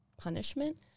punishment